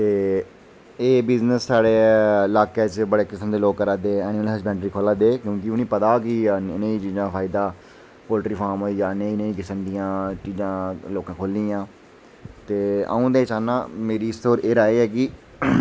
ते एह् बिजनस साढ़े लाके च बड़े किसम दे लोक करादे एनिमल हैसवैंडरी खोल्ला दे क्योंकि उ'नेंगी पता कि नेही चीजें दा फायदा पोटर्लीफार्म होई गेआ नेही नेही किसम दियां चीजां लोकें खोल्ली दियां ते अ'ऊं चाह्न्ना मेरी इस होर एह् राऽ ऐ कि